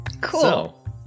Cool